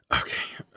Okay